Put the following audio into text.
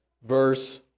Verse